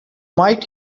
might